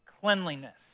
cleanliness